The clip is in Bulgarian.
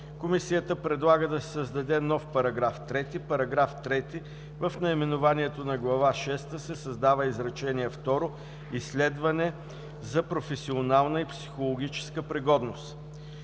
Комисията предлага да се създаде нов § 3: „§ 3. В наименованието на Глава шеста се създава изречение второ: „Изследване за професионална и психологическа пригодност“.“